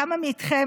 כמה מכם